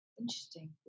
Interesting